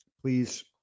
Please